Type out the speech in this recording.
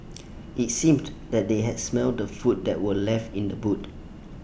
IT seemed that they had smelt the food that were left in the boot